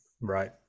Right